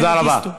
תודה רבה.